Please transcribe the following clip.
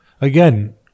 Again